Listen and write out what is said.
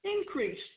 Increase